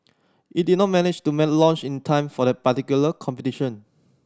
it did not manage to made launch in time for that particular competition